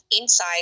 inside